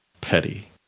petty